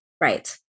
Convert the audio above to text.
Right